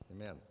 Amen